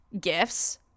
gifts